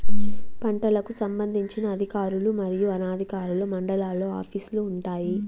పంటలకు సంబంధించిన అధికారులు మరియు అనధికారులు మండలాల్లో ఆఫీస్ లు వుంటాయి?